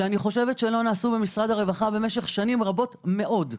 אבל אני חושבת שלא נעשו במשרד הרווחה במשך שנים רבות מאוד.